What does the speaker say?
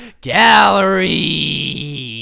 Gallery